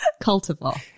Cultivar